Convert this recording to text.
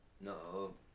no